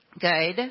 Good